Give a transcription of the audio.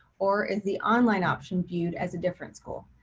or is the online option viewed as a different school?